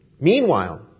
Meanwhile